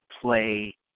play